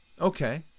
Okay